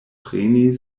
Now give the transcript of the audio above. preni